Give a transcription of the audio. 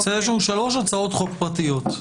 יש לנו שלוש הצעות חוק פרטיות.